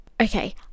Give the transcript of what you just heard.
Okay